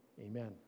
amen